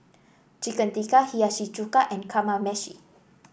Chicken Tikka Hiyashi Chuka and Kamameshi